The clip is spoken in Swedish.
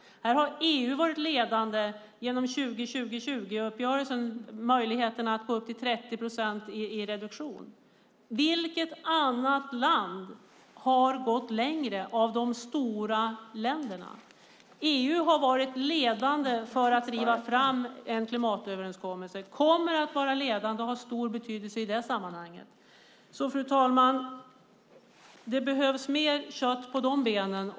Här har EU varit ledande genom 20-20-20-uppgörelsen och möjligheten att gå upp till 30 procent i reduktion. Vilket annat land av de stora länderna har gått längre? EU har varit ledande för att driva fram en klimatöverenskommelse och kommer att vara ledande och ha stor betydelse i det sammanhanget. Fru talman!